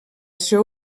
ser